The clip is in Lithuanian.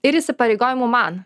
ir įsipareigojimų man